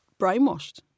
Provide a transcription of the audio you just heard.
brainwashed